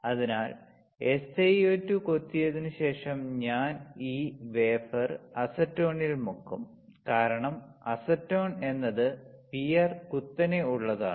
അതിനാൽ SiO2 കൊത്തിയതിനുശേഷം ഞാൻ ഈ വേഫർ അസെറ്റോണിൽ മുക്കും കാരണം അസെറ്റോൺ എന്നത് പിആർ കുത്തനെ ഉള്ളതാണ്